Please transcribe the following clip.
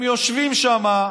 הם יושבים שם,